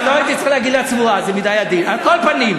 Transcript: ישבו כאן בחוק התקציב.